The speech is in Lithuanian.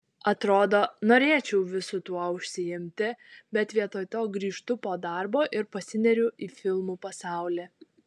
atrodo norėčiau visu tuo užsiimti bet vietoj to grįžtu po darbo ir pasineriu į filmų pasaulį